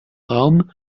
raum